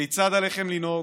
כיצד עליכם לנהוג,